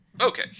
Okay